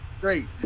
great